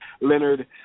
Leonard